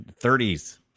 30s